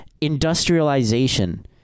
Industrialization